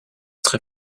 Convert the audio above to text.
très